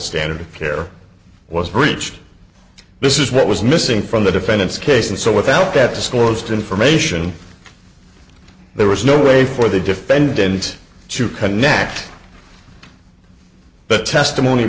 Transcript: standard of care was breached this is what was missing from the defendant's case and so without that disclosed information there was no way for the defendant to connect the testimony